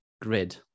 grid